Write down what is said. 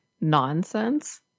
nonsense